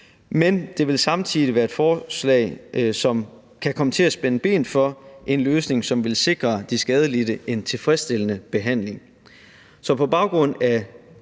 det her vil samtidig være et forslag, som kan komme til at spænde ben for en løsning, som vil sikre de skadelidte en tilfredsstillende behandling. Så på baggrund af